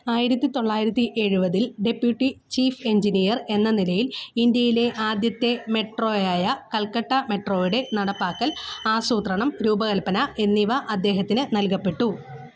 ആയിരത്തി തൊള്ളായിരത്തി എഴുപതിൽ ഡെപ്യൂട്ടി ചീഫ് എഞ്ചിനീയർ എന്ന നിലയിൽ ഇന്ത്യയിലെ ആദ്യത്തെ മെട്രോയായ കൽക്കട്ട മെട്രോയുടെ നടപ്പാക്കൽ ആസൂത്രണം രൂപകൽപ്പന എന്നിവ അദ്ദേഹത്തിന് നൽകപ്പെട്ടു